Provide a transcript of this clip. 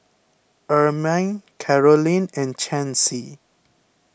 Ermine Carolynn and Chancey